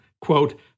quote